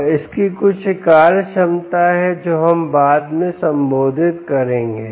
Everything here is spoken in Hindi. और इसकी कुछ कार्यक्षमता है जो हम बाद में संबोधित करेंगे